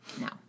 No